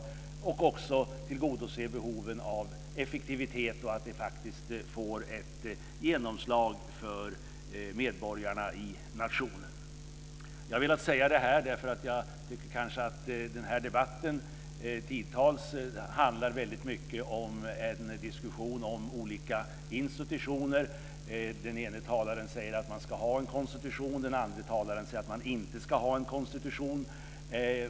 De ska också tillgodose behoven av effektivitet så att det får ett genomslag hos medborgarna i nationen. Jag vill säga detta därför att jag tycker att den här debatten stundtals handlar mycket om olika institutioner. En talare säger att man ska ha en konstitution medan en annan säger att man inte ska ha det.